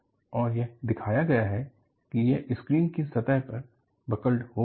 और यह दिखाया गया है कि यह स्क्रीन की सतह में बकल्ड हो गया है